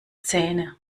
zähne